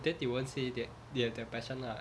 then they won't say that they have their passion lah